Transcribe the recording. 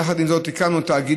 יחד עם זאת הקמנו תאגידים,